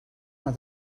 met